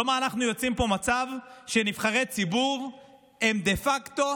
כלומר אנחנו יוצרים פה מצב שבו נבחרי ציבור הם דה פקטו